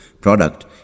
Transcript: product